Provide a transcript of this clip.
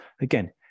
Again